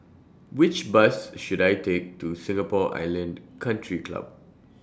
Which Bus should I Take to Singapore Island Country Club